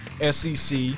SEC